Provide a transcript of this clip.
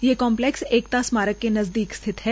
ये कम्लैक्स एकता स्मारक के नज़दीक स्थित है